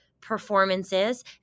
performances